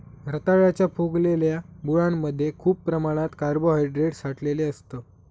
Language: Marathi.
रताळ्याच्या फुगलेल्या मुळांमध्ये खूप प्रमाणात कार्बोहायड्रेट साठलेलं असतं